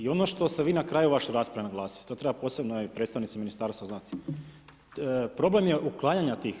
I ono što ste vi na kraju vaše rasprave naglasiti, to trebaju posebno predstavnici Ministarstva znati, problem je uklanjanja tih.